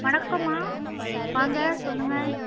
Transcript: வணக்கம்மா வாங்க சொல்லுங்கள்